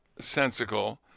sensical